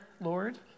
Lord